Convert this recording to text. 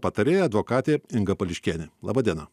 patarėja advokatė inga pališkienė laba diena